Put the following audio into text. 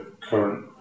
current